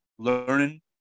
learning